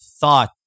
thought